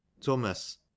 thomas